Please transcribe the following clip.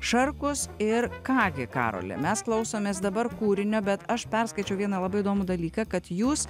šarkus ir ką gi karoli mes klausomės dabar kūrinio bet aš perskaičiau vieną labai įdomų dalyką kad jūs